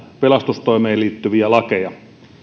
pelastustoimeen liittyviä lakeja